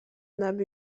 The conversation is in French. nab